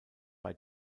bei